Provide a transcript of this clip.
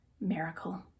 miracle